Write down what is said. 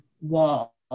wall